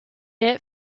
est